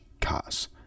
Cos